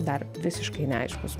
dar visiškai neaiškus